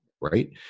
Right